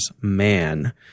man